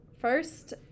first